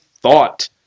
thought